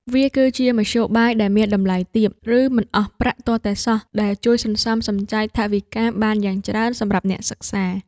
វាគឺជាមធ្យោបាយដែលមានតម្លៃទាប ឬមិនអស់ប្រាក់ទាល់តែសោះ ដែលជួយសន្សំសំចៃថវិកាបានយ៉ាងច្រើនសម្រាប់អ្នកសិក្សា។